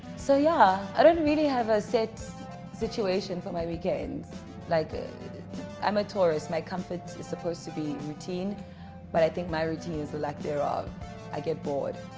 so yeah i don't really have a set situation for my weekends like ah i'm a tourist my comfort is supposed to be routine but i think my routine is the lack thereof i get bored.